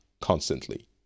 constantly